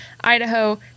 Idaho